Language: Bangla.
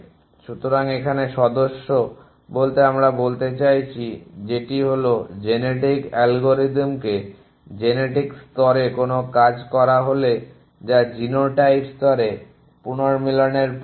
সুতরাংএখানে সদস্য বলতে আমরা বলতে চাইছি যেটি হলো জেনেটিক অ্যালগরিদমকে জেনেটিক স্তরে কোনো কাজ করা বলে যা জিনোটাইপ স্তরে পুনর্মিলনের প্রক্রিয়া